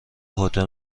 هتل